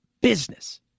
business